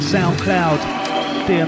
SoundCloud